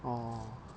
oh